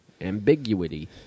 Ambiguity